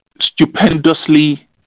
stupendously